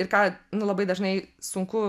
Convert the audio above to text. ir ką nu labai dažnai sunku